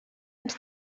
ens